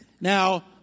Now